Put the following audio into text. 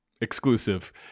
exclusive